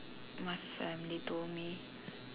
my family told me